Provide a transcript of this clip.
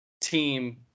team